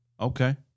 Okay